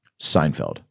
seinfeld